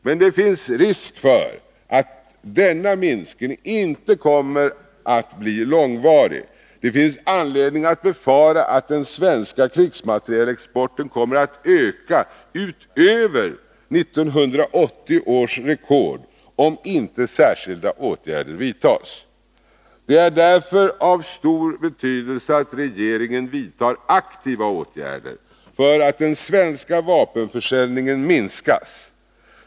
Men det finns risk för att denna minskning inte kommer att bli långvarig. Det finns anledning att befara att den svenska krigsmaterielexporten kommer att öka utöver 1980 års rekord, om inte särskilda åtgärder vidtas. Det är därför av stor betydelse att regeringen vidtar aktiva åtgärder för att den svenska vapenförsäljningen minskas.